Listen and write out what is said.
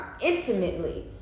intimately